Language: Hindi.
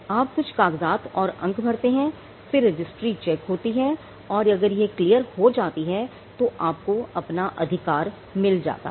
आप कुछ कागजात और अंक भरते हैं फिर रजिस्ट्री चेक होती है और अगर यह क्लियर हो जाती है तो आपको अपना अधिकार मिल जाता है